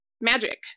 Magic